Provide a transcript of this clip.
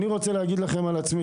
אני רוצה להגיד לכם על עצמי,